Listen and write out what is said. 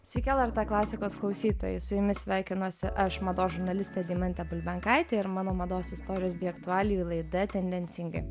sveiki lrt klasikos klausytojai su jumis sveikinuosi aš mados žurnalistė deimantė bulbenkaitė ir mano mados istorijos bei aktualijų laida tendencingai